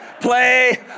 play